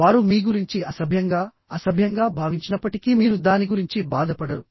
వారు మీ గురించి అసభ్యంగా అసభ్యంగా భావించినప్పటికీ మీరు దాని గురించి బాధపడరు